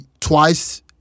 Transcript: twice